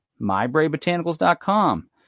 mybravebotanicals.com